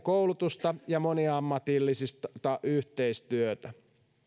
koulutusta ja moniammatillista yhteistyötä